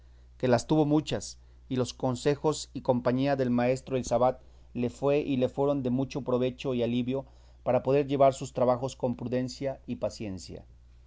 que las tuvo muchas y los consejos y compañía del maestro elisabat le fue y le fueron de mucho provecho y alivio para poder llevar sus trabajos con prudencia y paciencia